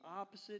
opposite